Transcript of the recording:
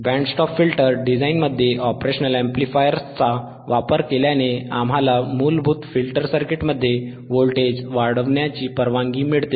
band stop filter डिझाइनमध्ये operational अॅम्प्लीफायर्सचा वापर केल्याने आम्हाला मूलभूत फिल्टर सर्किटमध्ये व्होल्टेज वाढवण्याची परवानगी मिळते